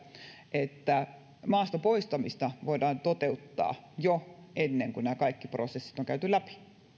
että maasta poistamista voidaan toteuttaa jo ennen kuin nämä kaikki prosessit on käyty läpi